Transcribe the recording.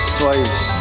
twice